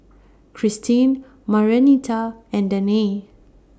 Christin Marianita and Danae